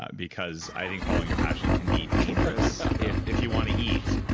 ah because i think following your passion can be dangerous if if you want to eat.